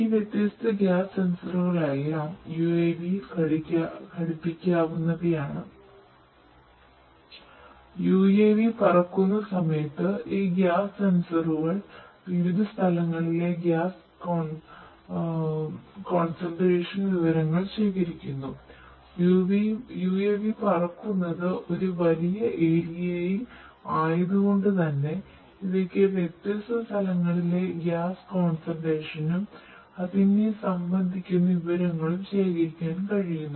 ഈ വ്യത്യസ്ത ഗ്യാസ് സെൻസറുകളെല്ലാം UAV യിൽ ഘടിപ്പിക്കാവുന്നവയാണ് UAV പറക്കുന്ന സമയത്തു ഈ ഗ്യാസ് സെൻസറുകൾ അതിനെ സംബന്ധിക്കുന്ന വിവരങ്ങളും ശേഖരിക്കാൻ കഴിയുന്നു